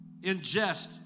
ingest